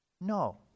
no